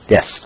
Yes